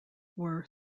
were